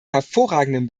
hervorragenden